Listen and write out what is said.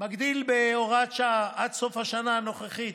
מגדיל בהוראת שעה, עד סוף השנה הנוכחית,